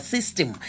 System